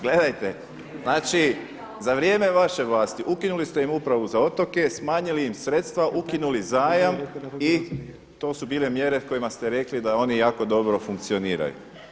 Gledajte znači za vrijeme vaše vlasti ukinuli ste im upravu za otoke, smanjili im sredstva, ukinuli zajam i to su bile mjere kojima ste rekli da oni jako dobro funkcioniraju.